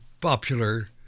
popular